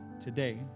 Today